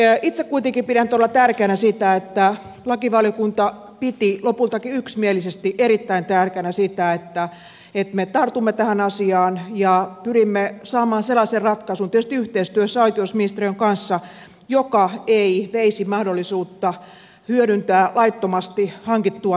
itse kuitenkin pidän todella tärkeänä sitä että lakivaliokunta piti lopultakin yksimielisesti erittäin tärkeänä sitä että me tartumme tähän asiaan ja pyrimme saamaan sellaisen ratkaisun tietysti yhteistyössä oikeusministeriön kanssa joka ei veisi mahdollisuutta hyödyntää laittomasti hankittua todistetta